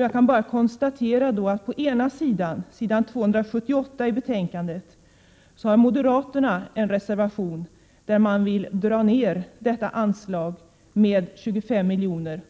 Jag kan bara konstatera att det när det gäller anslaget till mark för naturvård på ena sidan i betänkandet, s. 278, finns en reservation av moderaterna som vill dra ned på detta anslag med 25 milj.kr.,